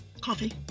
Coffee